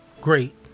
great